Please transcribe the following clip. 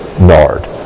nard